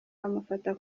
bamufata